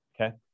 okay